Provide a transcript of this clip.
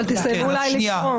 הם הרי הגישו הצעה, על מה אתה מדבר?